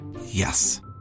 Yes